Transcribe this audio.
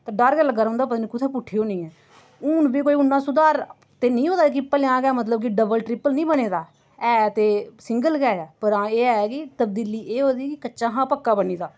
ते डर गै लग्गा रौंह्दा पता निं कुत्थै पुट्ठी होनी ऐ हुन बी कोई उन्ना सुधार ते निं होए दा जे भलेआं गै मतलब डबल ट्रिप्पल निं बने दा है ते सिंगल गै ऐ पर हां एह् ऐ कि तब्दीली एह् होई दी कच्चा हा पक्का बनी गेदा